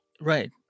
Right